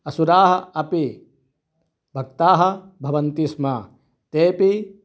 असुराः अपि भक्ताः भवन्ति स्म तेपि